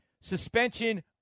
suspension